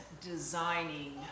designing